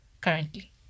currently